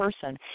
person